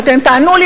אתם תענו לי: